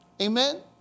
Amen